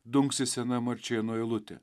dunksi sena marčėno eilutė